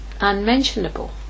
unmentionable